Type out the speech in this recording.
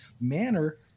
manner